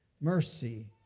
mercy